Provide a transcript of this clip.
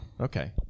okay